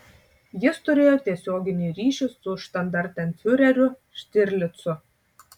jis turėjo tiesioginį ryšį su štandartenfiureriu štirlicu